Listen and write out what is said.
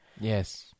Yes